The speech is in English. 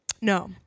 No